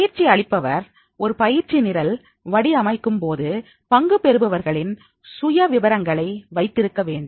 பயிற்சி அளிப்பவர் ஒரு பயிற்சி நிரல் வடிவமைக்கும்போது பங்கு பெறுபவர்களின் சுய விபரங்களை வைத்திருக்க வேண்டும்